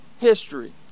history